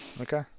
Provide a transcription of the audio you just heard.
Okay